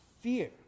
fear